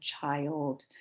child